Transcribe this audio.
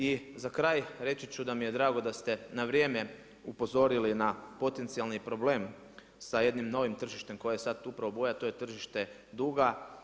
I za kraj reći ću da mi je drago da ste na vrijeme upozorili na potencijalni problem sa jednim novim tržište koje je sada tu … to je tržište duga.